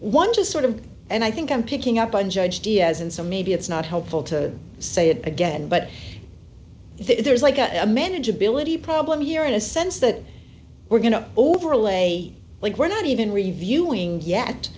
one just sort of and i think i'm picking up on judge diaz and so maybe it's not helpful to say it again but there's like a manager billet he problem here in a sense that we're going to overlay like we're not even reviewing yet